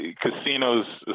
casinos